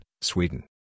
Sweden